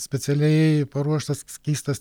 specialiai paruoštas skystas